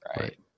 Right